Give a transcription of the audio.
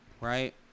right